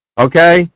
okay